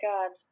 God